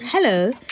Hello